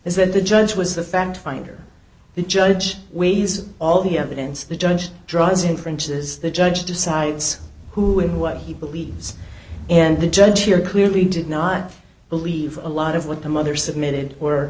is that the judge was the fact finder the judge weighs all the evidence the judge draws infringes the judge decides who and what he believes and the judge here clearly did not believe a lot of what the mother submitted